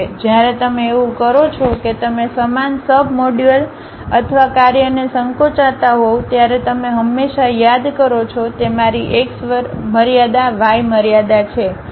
જ્યારે તમે એવું કરો છો કે તમે સમાન સબમોડ્યુલ અથવા કાર્યને સંકોચાતા હોવ ત્યારે તમે હંમેશાં યાદ કરો છો તે મારી x મર્યાદા વાય મર્યાદા છે